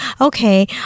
okay